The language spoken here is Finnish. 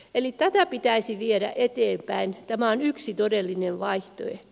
eli tätä pitäisi viedä eteenpäin tämä on yksi todellinen vaihtoehto